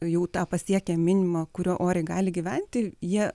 jau tą pasiekę minimumą kuriuo oriai gali gyventi jie